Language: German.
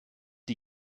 die